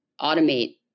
automate